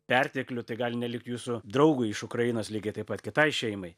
perteklių tai gali nelikt jūsų draugui iš ukrainos lygiai taip pat kitai šeimai